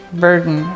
burden